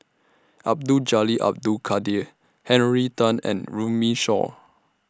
Abdul Jalil Abdul Kadir Henry Tan and Runme Shaw